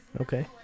Okay